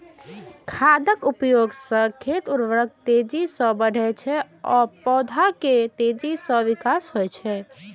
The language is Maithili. खादक उपयोग सं खेतक उर्वरता तेजी सं बढ़ै छै आ पौधा मे तेजी सं विकास होइ छै